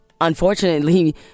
Unfortunately